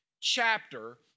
chapter